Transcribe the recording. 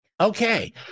Okay